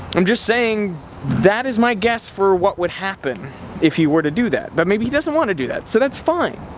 i'm just saying that is my guess for what would happen if you were to do that, but maybe he doesn't want to do that, so that's fine.